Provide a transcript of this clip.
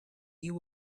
you